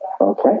Okay